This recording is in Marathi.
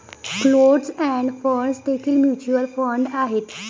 क्लोज्ड एंड फंड्स देखील म्युच्युअल फंड आहेत